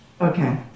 okay